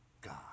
God